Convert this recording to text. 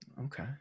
Okay